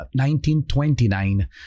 1929